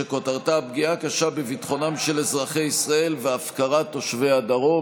שכותרתה: פגיעה קשה בביטחונם של אזרחי ישראל והפקרת תושבי הדרום.